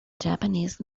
japanese